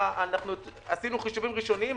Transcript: עשינו חישובים ראשוניים.